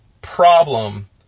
problem